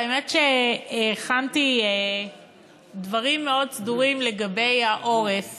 האמת שהכנתי דברים סדורים מאוד לגבי העורף